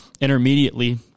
intermediately